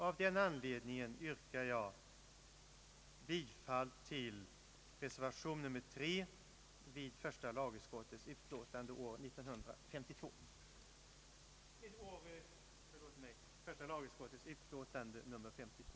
Av den anledningen yrkar jag bifall till reservation 3 vid första lagutskottets utlåtande nr 52.